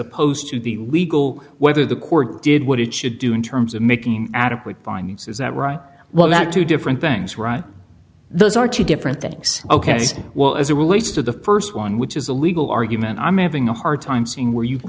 opposed to the legal whether the court did what it should do in terms of making adequate bindings is that right well not two different things right those are two different things ok well as it relates to the st one which is a legal argument i'm having a hard time seeing where you